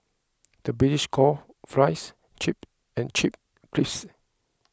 the British call Fries Chips and Chips Crisps